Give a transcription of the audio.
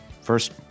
first